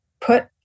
put